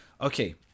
Okay